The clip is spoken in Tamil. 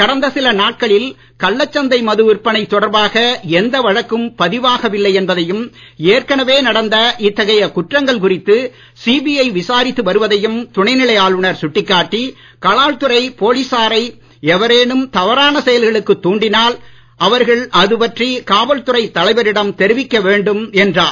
கடந்த சில நாட்களில் கள்ளச் சந்தை மது விற்பனை தொடர்பாக எந்த வழக்கும் பதிவாகவில்லை என்பதையும் ஏற்கனவே நடந்த இத்தகைய குற்றங்கள் குறித்து சிபிஐ விசாரித்து வருவதையும் துணை நிலை ஆளுநர் சுட்டிக்காட்டி கலால் துறை போலீசாரை எவரேனும் தவறான செயல்களுக்கு தூண்டினால் அவர்கள் அதுபற்றி காவல் துறை தலைவரிடம் தெரிவிக்க வேண்டும் என்றார்